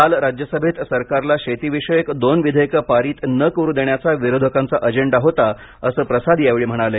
काल राज्यसभेत सरकारला शेतीविषयक दोन विधेयक पारित न करू देण्याचा विरोधकांचा अजेंडा होता असं प्रसाद यावेळी म्हणाले